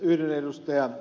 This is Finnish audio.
yhdyn ed